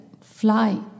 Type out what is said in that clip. fly